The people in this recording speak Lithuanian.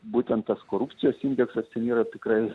būtent tas korupcijos indeksas ten yra tikrai